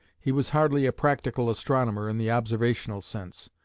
he was hardly a practical astronomer in the observational sense.